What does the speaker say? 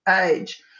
age